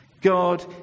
God